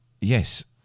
yes